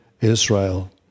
Israel